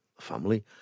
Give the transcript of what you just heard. family